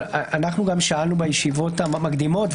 אבל אנחנו גם שאלנו בישיבות המקדימות,